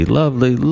lovely